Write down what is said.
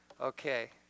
okay